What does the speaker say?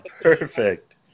Perfect